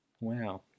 Wow